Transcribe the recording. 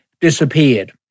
disappeared